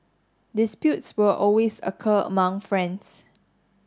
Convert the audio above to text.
disputes will always occur among friends